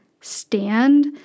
stand